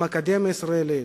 עם האקדמיה הישראלית,